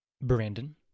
Brandon